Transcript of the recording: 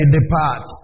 Depart